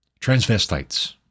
Transvestites